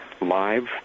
live